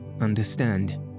understand